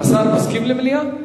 מסכים למליאה.